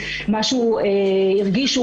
משהו הרגישו,